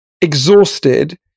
exhausted